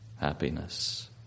happiness